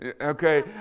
Okay